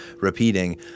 repeating